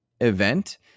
event